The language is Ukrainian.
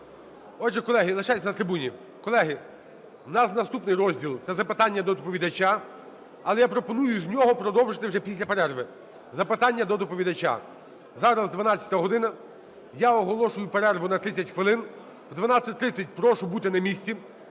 Отже, колеги. Лишайтесь на трибуні. Колеги, в нас наступний розділ – це запитання до доповідача, але я пропоную з нього продовжити вже після перерви. Запитання до доповідача. Зараз 12 година. Я оголошую перерву на 30 хвилин. О 12:30 прошу бути на місці,